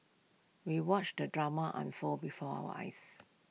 we watched the drama unfold before our eyes